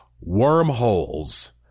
wormholes